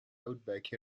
outback